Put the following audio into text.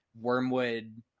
wormwood